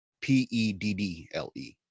P-E-D-D-L-E